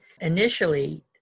Initially